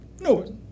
no